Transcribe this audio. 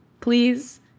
Please